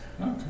Okay